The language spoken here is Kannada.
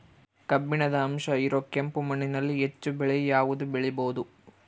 ಕಬ್ಬಿಣದ ಅಂಶ ಇರೋ ಕೆಂಪು ಮಣ್ಣಿನಲ್ಲಿ ಹೆಚ್ಚು ಬೆಳೆ ಯಾವುದು ಬೆಳಿಬೋದು?